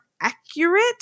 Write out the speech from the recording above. accurate